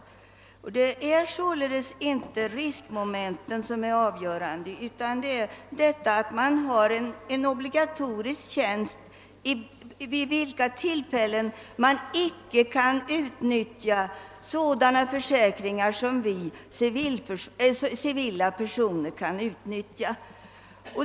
Vad som är avgörande är således inte riskmomenten utan huruvida man har en obligatorisk tjänst, under vilkens utövande man icke kan utnyttja sådana försäkringar som vi civila personer kan använda.